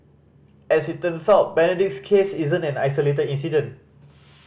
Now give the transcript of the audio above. as it turns out Benedict's case isn't an isolated incident